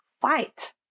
fight